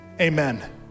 amen